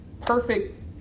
perfect